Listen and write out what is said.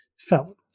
Felt